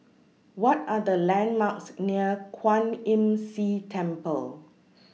What Are The landmarks near Kwan Imm See Temple